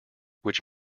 which